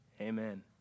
amen